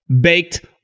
Baked